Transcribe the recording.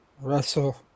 Russell